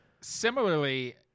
Similarly